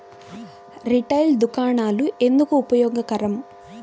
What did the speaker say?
Retail దుకాణాలు ఎందుకు ఉపయోగకరం?